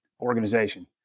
organization